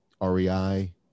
REI